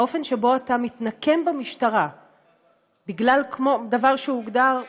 האופן שבו אתה מתנקם במשטרה בגלל דבר שהוגדר,